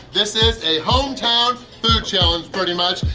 this is a hometown food challenge pretty much!